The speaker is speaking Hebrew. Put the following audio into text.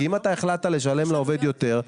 כי אם אתה החלטת לשלם לעובד יותר,